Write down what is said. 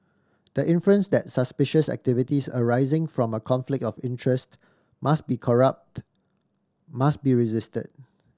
the inference that suspicious activities arising from a conflict of interest must be corrupt must be resisted